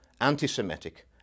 anti-Semitic